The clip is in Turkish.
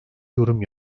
yorum